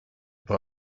bei